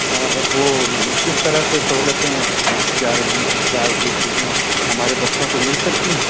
وہ کس طرح سے سہولتیں دی جا رہی ہیں کیا یہ چیزیں ہمارے بچوں کو مل سکتی ہیں